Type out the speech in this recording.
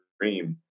dream